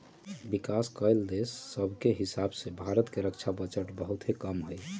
विकास कएल देश सभके हीसाबे भारत के रक्षा बजट बहुते कम हइ